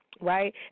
Right